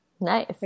Nice